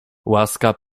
łaska